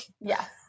Yes